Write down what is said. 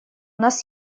нас